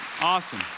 Awesome